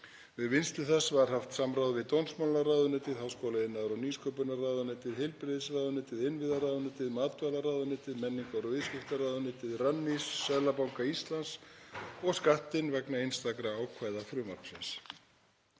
Við vinnslu þess var haft samráð við dómsmálaráðuneytið, háskóla-, iðnaðar- og nýsköpunarráðuneytið, heilbrigðisráðuneytið, innviðráðuneytið, matvælaráðuneytið, menningar- og viðskiptaráðuneytið, Rannís, Seðlabanka Íslands og Skattinn vegna einstakra ákvæða frumvarpsins.